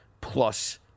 plus